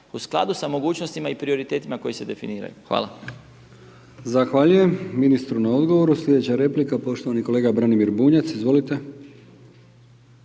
u skladu sa mogućnostima i prioritetima koji se definiraju. Hvala. **Brkić, Milijan (HDZ)** Zahvaljujem ministru na odgovoru. Sljedeća replika, poštovani kolega Branimir Bunjac. Izvolite.